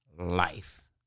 Life